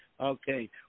Okay